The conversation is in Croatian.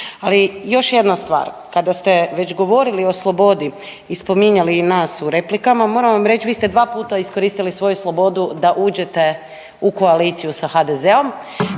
Ali još jedna stvar, kada ste već govorili o slobodi i spominjali nas u replikama, moram vam reć vi ste dva puta iskoristili svoju slobodu da uđete u koaliciju s HDZ-om,